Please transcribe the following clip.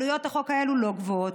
עלויות החוק האלה לא גבוהות,